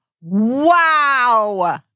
Wow